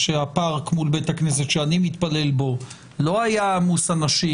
שהפארק מול בית הכנסת שאני מתפלל בו לא היה עמוס אנשים,